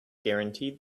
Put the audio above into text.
guaranteed